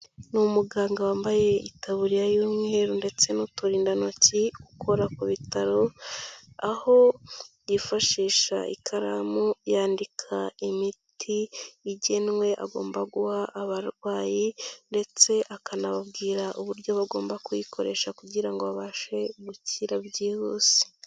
Ni umuganga wambaye itaburiya y'umweru ndetse n'uturindantoki ukora ku bitaro, aho yifashisha ikaramu yandika imiti igenwe agomba guha abarwayi ndetse akanababwira uburyo bagomba kuyikoresha kugira ngo babashe gukira byihuse.